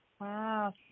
Wow